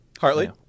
hartley